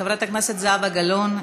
חברת הכנסת זהבה גלאון,